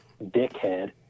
dickhead